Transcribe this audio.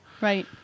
right